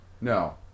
No